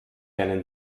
einen